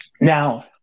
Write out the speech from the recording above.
now